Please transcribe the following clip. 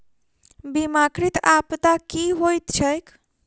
बीमाकृत आपदा की होइत छैक?